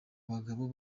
bagabo